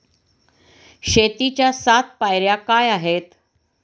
शेतीच्या सात पायऱ्या काय आहेत?